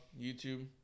YouTube